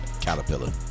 caterpillar